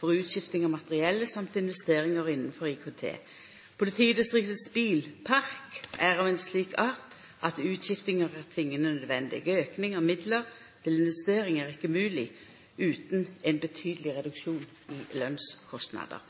for utskifting av materiell, samt investeringer innenfor IKT. Politidistriktets bilpark er av en slik art at utskiftinger er tvingende nødvendig. Økning av midler til investering er ikke mulig uten en betydelig reduksjon i lønnskostnader.